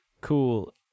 Cool